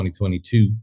2022